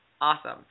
Awesome